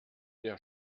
der